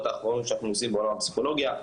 האחרונות שאנחנו עושים בעולם הפסיכולוגיה.